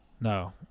No